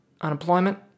unemployment